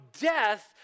death